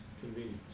convenient